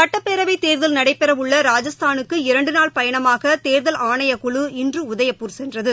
சுட்டப்பேரவைத் தேர்தல் நடைபெறவுள்ள ராஜஸ்தானுக்கு இரண்டுநாள் பயணமாகதேர்தல் ஆணையக்குழு இன்றுஉதயப்பூர் சென்றது